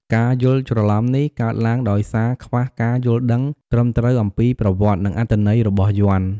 ការយល់ច្រឡំនេះកើតឡើងដោយសារខ្វះការយល់ដឹងត្រឹមត្រូវអំពីប្រវត្តិ និងអត្ថន័យរបស់យ័ន្ត។